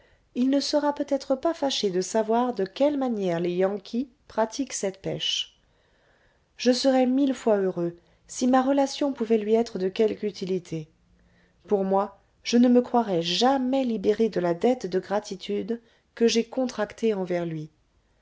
il ne sera peut-être pas fâché de savoir de quelle manière les yankees pratiquent cette pêche je serais mille fois heureux si ma relation pouvait lui être de quelque utilité pour moi je ne me croirai jamais libéré de la dette de gratitude que j'ai contractée envers lui